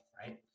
right